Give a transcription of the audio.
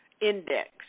index